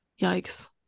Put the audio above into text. yikes